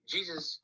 Jesus